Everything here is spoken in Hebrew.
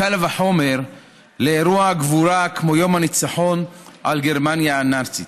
קל וחומר לאירוע גבורה כמו יום הניצחון על גרמניה הנאצית.